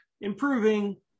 improving